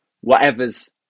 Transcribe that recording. whatever's